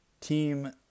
team